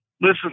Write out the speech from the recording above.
Listen